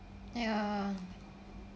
ya